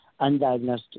undiagnosed –